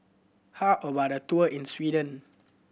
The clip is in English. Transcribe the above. how about a tour in Sweden